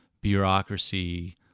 bureaucracy